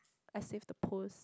I saved the posts